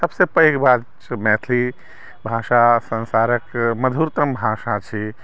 सभसँ पैघ बात छै मैथिली भाषा सन्सारक मधुरतम भाषा छै